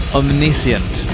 omniscient